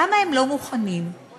למה הם לא מוכנים לעמוד